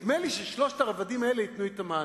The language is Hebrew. נדמה לי ששלושת הרבדים האלה ייתנו את המענה.